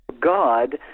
God